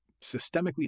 systemically